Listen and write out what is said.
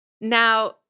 Now